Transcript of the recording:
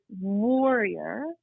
warrior